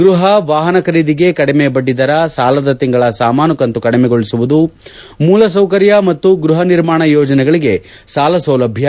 ಗೃಹ ವಾಹನ ಖರೀದಿಗೆ ಕಡಿಮೆ ಬಡ್ಡಿ ದರ ಸಾಲದ ತಿಂಗಳ ಸಮಾನ ಕಂತು ಕಡಿಮೆಗೊಳಿಸುವುದು ಮೂಲ ಸೌಕರ್ಯ ಮತ್ತು ಗೃಪ ನಿರ್ಮಾಣ ಯೋಜನೆಗಳಿಗೆ ಸಾಲ ಸೌಲಭ್ಯ